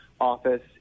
office